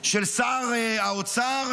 של שר האוצר,